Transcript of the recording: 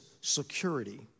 security